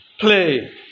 play